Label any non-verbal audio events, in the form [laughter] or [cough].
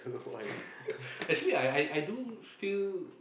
[laughs] actually I I I do still